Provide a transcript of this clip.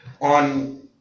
On